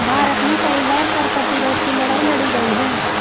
भारत में कई बार कर प्रतिरोध की लड़ाई लड़ी गई है